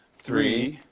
three,